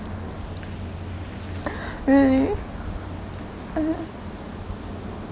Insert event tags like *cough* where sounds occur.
*laughs* really uh uh